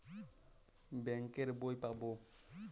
Bank এর বই পাবো?